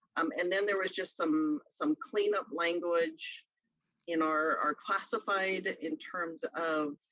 um and then there was just some some cleanup language in our classified in terms of